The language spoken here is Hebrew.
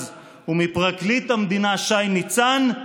ומפרקליט המדינה שי ניצן,